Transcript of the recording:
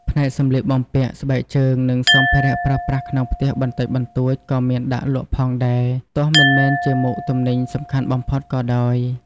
ផ្នែកសម្លៀកបំពាក់ ស្បែកជើង និងសម្ភារៈប្រើប្រាស់ក្នុងផ្ទះបន្តិចបន្តួចក៏មានដាក់លក់ផងដែរ ទោះមិនមែនជាមុខទំនិញសំខាន់បំផុតក៏ដោយ។